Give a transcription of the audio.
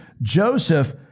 Joseph